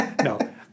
No